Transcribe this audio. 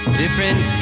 different